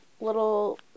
little